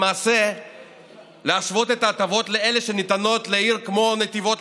למעשה להשוות את ההטבות לאלה שניתנות לעיר כמו נתיבות,